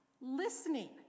listening